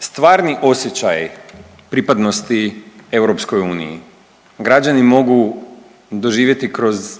stvarni osjećaji pripadnosti EU građani mogu doživjeti kroz